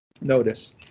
Notice